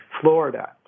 Florida